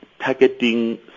targeting